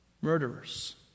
murderers